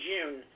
June